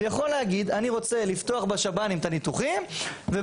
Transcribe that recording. והוא יכול גם להגיד שהוא רוצה לפתוח בשב"נים את הניתוחים ולסל,